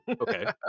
Okay